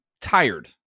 tired